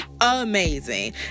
amazing